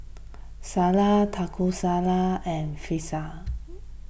Salsa Taco Salad and Fajitas